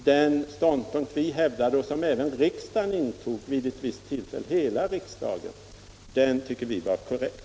Den ståndpunkt som vi försvarade, och som iäven hela riksdagen intog vid ett visst tillfälle, tycker vi var korrekt.